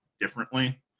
differently